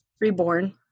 reborn